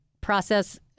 process